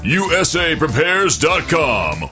usaprepares.com